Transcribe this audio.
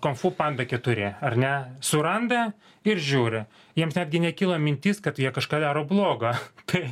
konfu panda keturi ar ne suranda ir žiūri jiems netgi nekyla mintis kad jie kažką daro bloga kai